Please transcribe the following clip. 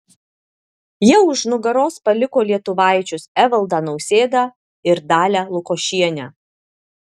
jie už nugaros paliko lietuvaičius evaldą nausėdą ir dalią lukošienę